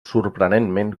sorprenentment